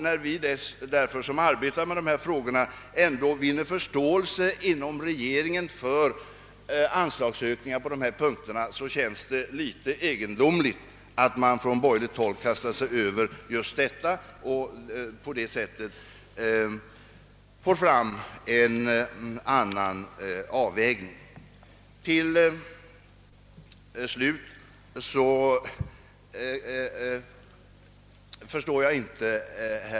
När vi som arbetar med frågorna ändå vinner förståelse inom regeringen för anslagsökningar på dessa punkter, känns det litet egendomligt att man från borgerligt håll just kastar sig över anslagen till dessa ändamål och vill ha fram en annan avvägning.